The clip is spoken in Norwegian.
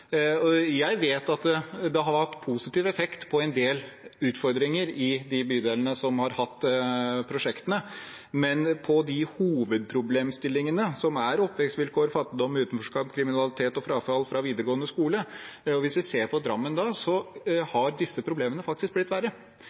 Jeg vet at det har hatt positiv effekt på en del utfordringer i de bydelene som har hatt prosjektene, men når det gjelder hovedproblemstillingene, som er oppvekstvilkår, fattigdom, utenforskap, kriminalitet og frafall fra videregående skole, har disse problemene, hvis vi ser på Drammen, faktisk blitt verre. Når man har